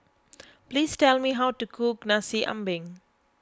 please tell me how to cook Nasi Ambeng